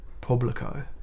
publico